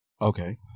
Okay